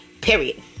Period